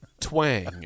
twang